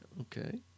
Okay